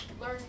learn